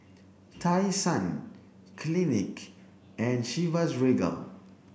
Tai Sun Clinique and Chivas Regal